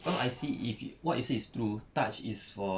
how I see if what you say is true touch is for